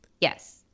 Yes